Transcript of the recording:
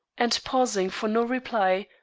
and pausing for no reply,